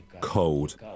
cold